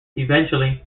eventually